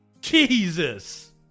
Jesus